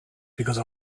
because